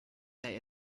they